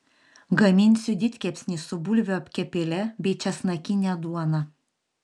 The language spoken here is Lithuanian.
gaminsiu didkepsnį su bulvių apkepėle bei česnakine duona